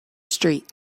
street